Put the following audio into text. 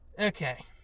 Okay